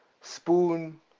spoon